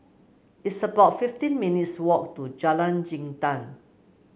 it's about fifteen minutes' walk to Jalan Jintan